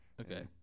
okay